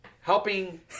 helping